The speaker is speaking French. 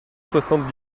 soixante